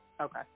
Okay